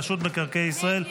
רשות מקרקעי ישראל,